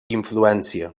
influència